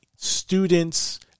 students